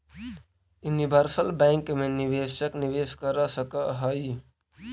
universal bank मैं निवेशक निवेश कर सकऽ हइ